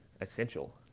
essential